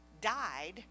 died